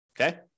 Okay